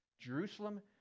Jerusalem